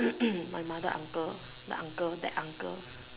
my mother uncle the uncle that uncle